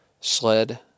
SLED